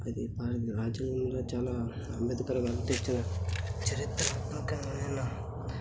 అది రాజ్యాంగంలో చాలా అంబేద్కర్ గారు తెచ్చిన చరిత్రాత్మకమైన